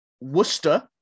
Worcester